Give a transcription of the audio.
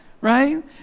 right